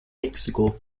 mexico